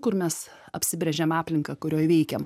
kur mes apsibrėžiam aplinką kurioj veikiam